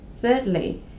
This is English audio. Thirdly